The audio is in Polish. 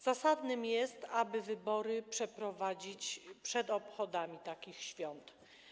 Zasadne jest, aby wybory przeprowadzać przed obchodami takich świąt.